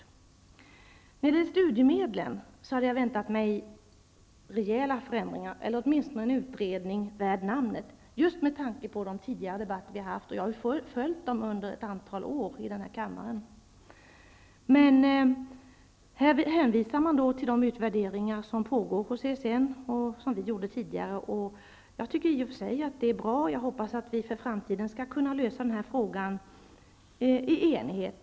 När det gäller studiemedlen hade jag väntat mig rejäla förändringar eller åtminstone en utredning värd namnet just med tanke på de tidigare debatter vi haft. Jag har ju följt dem under ett antal år i denna kammare. Men här hänvisar man till de utvärderingar som pågår hos CSN, något som vi gjorde tidigare. Jag tycker i och för sig att detta är bra. Jag hoppas att vi för framtiden skall kunna lösa denna fråga i enighet.